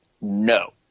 No